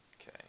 Okay